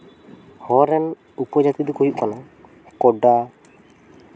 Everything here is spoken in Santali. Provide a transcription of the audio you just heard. ᱦᱚᱲ ᱨᱮᱱ ᱩᱯᱚᱡᱟᱹᱛᱤ ᱫᱚᱠᱚ ᱦᱩᱭᱩᱜ ᱠᱟᱱᱟ ᱠᱳᱰᱟ